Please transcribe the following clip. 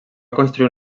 construir